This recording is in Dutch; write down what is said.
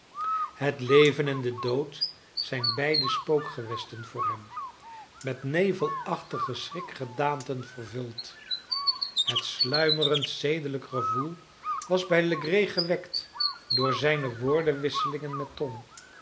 het leven en de dood zijn beide spookgewesten voor hem met nevelachtige schrikgedaanten vervuld het sluimerend zedelijk gevoel was bij legree gewekt door zijne woordenwisselingen met tom slechts